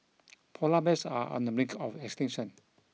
polar bears are on the brink of extinction